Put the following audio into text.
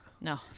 No